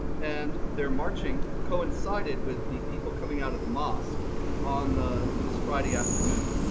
and they're marching coincided with the people coming out of the mosque on the this friday afternoon.